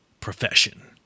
profession